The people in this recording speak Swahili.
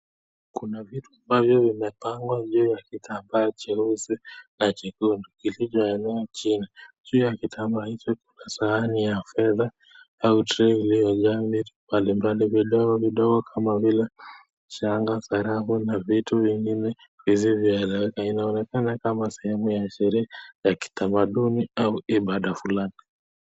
Kuna vitu ambavyo vimepangwa juu ya kitambaa jeusi na jekundu kilicho elea chini, juu ya kitambaa hicho na sahani ya fedha au tray iliyojaa vitu mbalimbali vidogo vidogo kama mchanga, sarafu na vitu vingine visivyooeleweka, inaonekana kama sehemu ya sherehe ya kitamaduni au ibada flani.